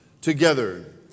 together